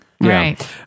Right